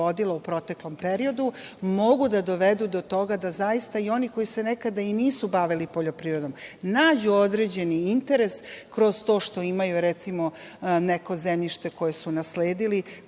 u proteklom periodu, mogu da dovedu do toga da zaista i oni koji se nekada i nisu bavili poljoprivredom, nađu određeni interes kroz to što imaju, recimo, neko zemljište koje su nasledili,